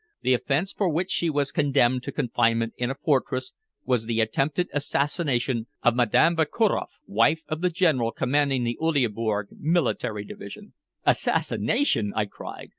the offense for which she was condemned to confinement in a fortress was the attempted assassination of madame vakuroff, wife of the general commanding the uleaborg military division. assassination! i cried.